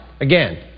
again